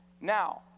Now